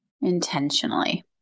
Intentionally